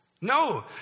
No